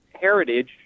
heritage